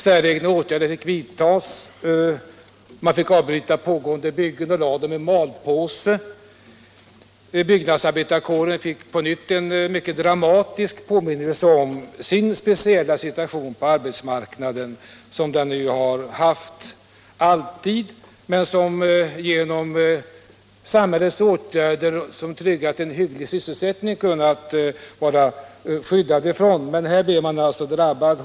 Säregna åtgärder fick vidtas. Man fick avbryta pågående byggen och lägga dem i malpåse. Byggnadsarbetarkåren fick på nytt en mycket dramatisk påminnelse om sin speciella situation på arbetsmarknaden. Den har den alltid haft, men genom samhällets åtgärder, som tryggat en hygglig sysselsättning, har man kunnat skyddas. Här blev man hårt drabbad.